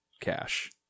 cash